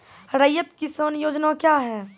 रैयत किसान योजना क्या हैं?